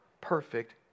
perfect